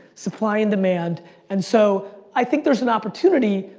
supply and demand and so, i think there's an opportunity.